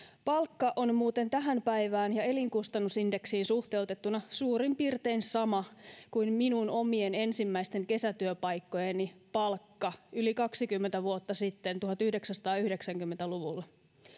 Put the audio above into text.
palkka on muuten tähän päivään ja elinkustannusindeksiin suhteutettuna suurin piirtein sama kuin minun omien ensimmäisten kesätyöpaikkojeni palkka yli kaksikymmentä vuotta sitten tuhatyhdeksänsataayhdeksänkymmentä luvulla